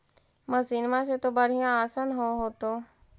मसिनमा से तो बढ़िया आसन हो होतो?